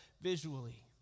visually